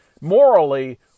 morally